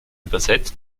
übersetzt